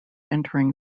entering